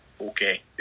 okay